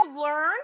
learned